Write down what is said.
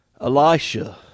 Elisha